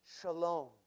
shalom